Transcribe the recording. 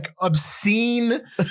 obscene